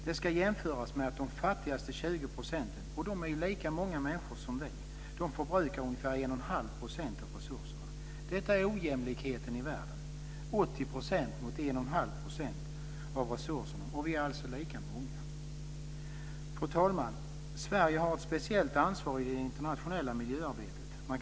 Det ska jämföras med att de fattigaste 20 %, och de är lika många människor som vi, förbrukar ungefär 1 1⁄2 % av resurserna. Detta är ojämlikheten i världen, nämligen 80 % mot 1 1⁄2 % av resurserna - och vi är lika många. Fru talman! Sverige har ett speciellt ansvar i det internationella miljöarbetet.